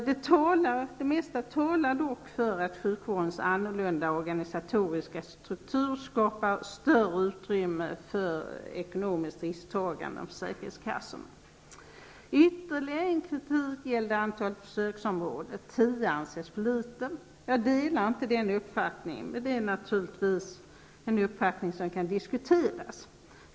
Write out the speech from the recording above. Det mesta talar dock för att sjukvårdens annorlunda organisatoriska struktur skapar ett större utrymme för ekonomiskt risktagande när det gäller försäkringskassorna. Ytterligare kritik som riktats mot framlagda förslag gäller antalet försöksområden. Tio områden anses vara för litet. Jag delar inte den uppfattningen. Naturligtvis är det något som kan diskuteras.